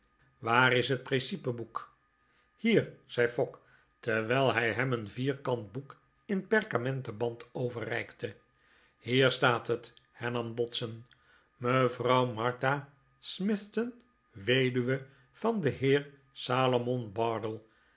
waar is het praecipe boek hier zei fogg terwijl hij hem een vierkant boek in perkamenten band overreikte hier staat het hernam dodson mejuffrouw martha smithson weduwe van den heer